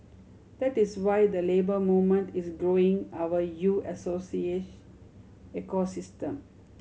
that is why the Labour Movement is growing our U Associate ecosystem